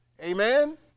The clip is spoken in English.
Amen